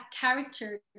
character